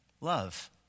love